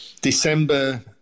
December